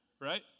right